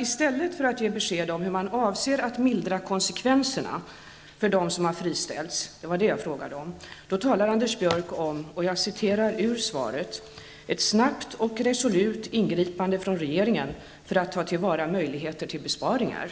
I stället för att ge besked om hur man avser att mildra konsekvenserna för dem som har friställts, vilket jag frågade om, talar Anders Björck om ''ett snabbt och resolut ingripande från regeringen för att ta till vara alla möjligheter till besparingar''.